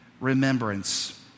remembrance